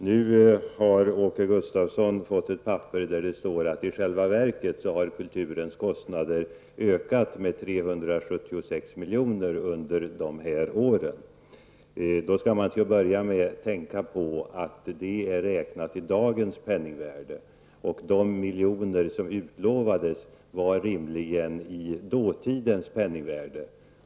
Nu har Åke Gustavsson fått ett papper, där det står att i själva verket har kulturens kostnader under dessa år ökat med 376 milj.kr. Till att börja med måste man tänka på att detta belopp är i dagens penningvärde. De miljoner som utlovades var rimligen räknade i dåtidens penningvärde.